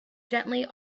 gently